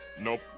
Nope